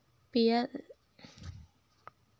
पिला सरसो खरीफ में बोया जाता है या रबी में?